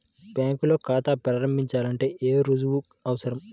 బ్యాంకులో ఖాతా ప్రారంభించాలంటే ఏ రుజువులు అవసరం?